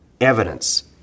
evidence